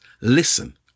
listen